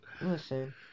Listen